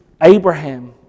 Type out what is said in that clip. Abraham